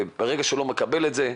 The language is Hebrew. וברגע שהוא לא מקבל את זה,